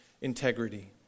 integrity